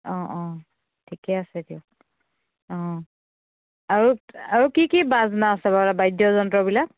অঁ অঁ ঠিকে আছে দিয়ক অঁ আৰু আৰু কি কি বাজনা আছে বাৰু বাদ্য যন্ত্ৰবিলাক